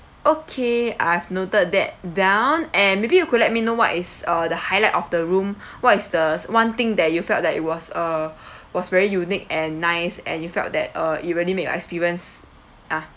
okay I've noted that down and maybe you could let me know what is uh the highlight of the room what is the one thing that you felt that it was uh was very unique and nice and you felt that uh it really made experience ah